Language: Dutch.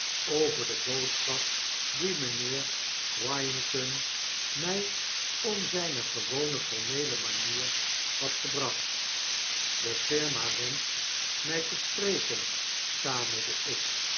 over de boodschap die mgnheer wiginton my om zijne gewone formeele manier had gebracht de firma wensdfht mij te spreken stamelde ik